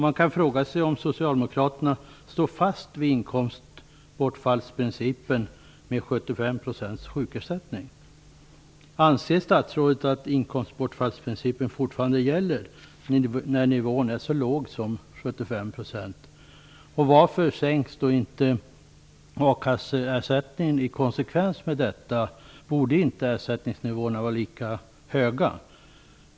Man kan fråga sig om Socialdemokraterna står fast vid inkomstbortfallsprincipen när sjukersättningen är 75 %. Anser statsrådet att inkomstbortfallsprincipen fortfarande gäller när nivån är så låg som 75 %? Varför sänks inte a-kasseersättningen i konsekvens med detta? Borde inte ersättningsnivåerna vara lika höga?